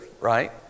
right